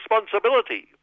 responsibility